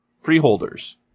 freeholders